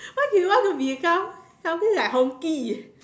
why do you want to be some~ something like Hongki